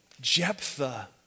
Jephthah